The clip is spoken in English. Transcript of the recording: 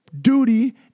duty